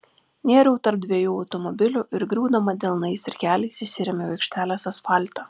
nėriau tarp dviejų automobilių ir griūdama delnais ir keliais įsirėmiau į aikštelės asfaltą